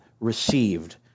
Received